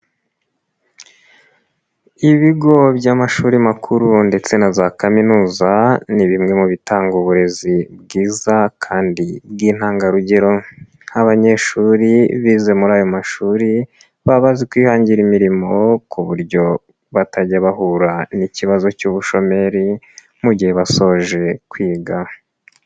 Ibigo by'amashuri makuru ndetse na za kaminuza ni bimwe mu bitanga uburezi bwiza kandi bw'intangarugero, nk'abanyeshuri bize muri ayo mashuri baba bazi kwihangira imirimo ku buryo batajya bahura n'ikibazo cy'ubushomeri mu gihe basoje kwiga.